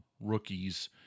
rookies